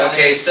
Okay